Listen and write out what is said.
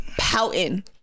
pouting